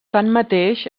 tanmateix